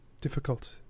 difficult